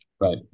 Right